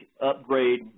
upgrade